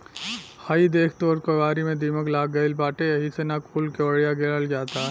हइ देख तोर केवारी में दीमक लाग गइल बाटे एही से न कूल केवड़िया गिरल जाता